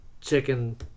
chicken